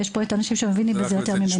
יש פה את האנשים שמבינים בזה יותר ממני.